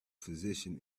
physician